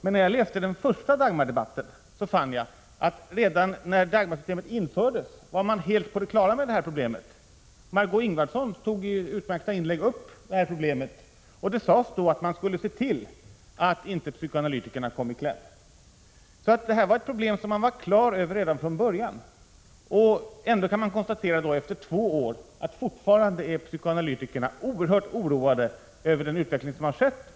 Men när jag läste den första Dagmardebatten fann jag att man redan när systemet infördes var helt på det klara med problemet. Trots att man alltså var på det klara med detta problem redan från början, kan vi konstatera att psykoanalytikerna fortfarande efter två år är oerhört oroade över utvecklingen.